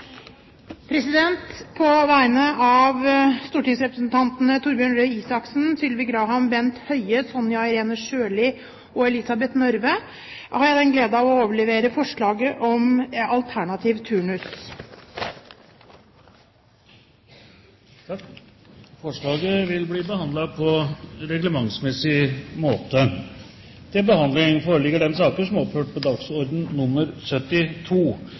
På vegne av stortingsrepresentantene Torbjørn Røe Isaksen, Sylvi Graham, Bent Høie, Sonja Irene Sjøli og Elisabeth Røbekk Nørve har jeg den glede å fremsette et forslag om alternativ turnus. Forslaget vil bli behandlet på reglementsmessig måte. Etter ønske fra justiskomiteen vil presidenten foreslå at taletiden begrenses til